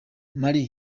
mar